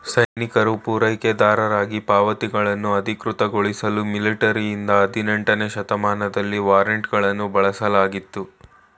ಸೈನಿಕರು ಪೂರೈಕೆದಾರರಿಗೆ ಪಾವತಿಗಳನ್ನು ಅಧಿಕೃತಗೊಳಿಸಲು ಮಿಲಿಟರಿಯಿಂದ ಹದಿನೆಂಟನೇ ಶತಮಾನದಲ್ಲಿ ವಾರೆಂಟ್ಗಳನ್ನು ಬಳಸಲಾಗಿತ್ತು